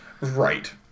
Right